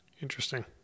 Interesting